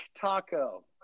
taco